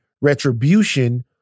retribution